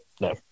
No